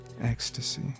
ecstasy